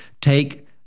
Take